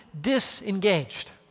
disengaged